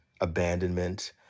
abandonment